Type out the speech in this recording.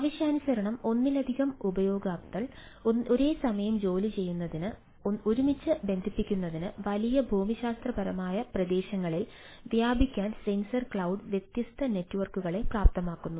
ആവശ്യാനുസരണം ഒന്നിലധികം ഉപയോക്താക്കൾ ഒരേസമയം ജോലിചെയ്യുന്നതിന് ഒരുമിച്ച് ബന്ധിപ്പിക്കുന്നതിന് വലിയ ഭൂമിശാസ്ത്രപരമായ പ്രദേശങ്ങളിൽ വ്യാപിക്കാൻ സെൻസർ ക്ലൌഡ് വ്യത്യസ്ത നെറ്റ്വർക്കുകളെ പ്രാപ്തമാക്കുന്നു